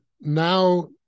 now